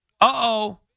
Uh-oh